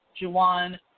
Juwan